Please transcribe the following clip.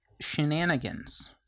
Shenanigans